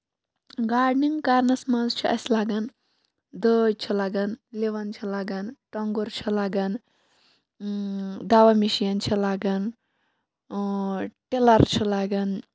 gardening کرنَس منٛز چھُ اَسہِ لَگان دٲجۍ چھِ لَگان لِوَن چھِ لَگان ٹونگُر چھُ لَگان دوا مِشیٖن چھِ لَگان ٹلَر چھُ لَگان